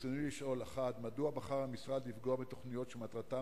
רצוני לשאול: 1. מדוע בחר המשרד לפגוע בתוכניות שמטרתן